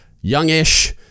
youngish